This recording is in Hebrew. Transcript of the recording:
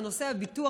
לנושא הביטוח.